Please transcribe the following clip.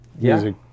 music